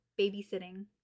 babysitting